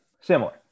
Similar